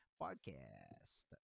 Podcast